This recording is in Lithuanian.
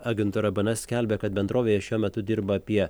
agentūra bns skelbia kad bendrovėje šiuo metu dirba apie